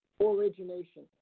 origination